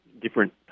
different